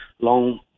Long